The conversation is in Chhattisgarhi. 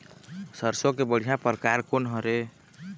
सरसों के बढ़िया परकार कोन हर ये?